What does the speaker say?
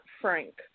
frank